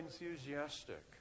enthusiastic